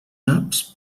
naps